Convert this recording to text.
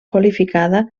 qualificada